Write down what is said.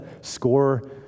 score